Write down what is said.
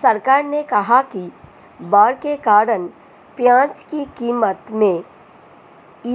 सरकार ने कहा कि बाढ़ के कारण प्याज़ की क़ीमत में